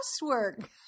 housework